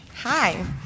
hi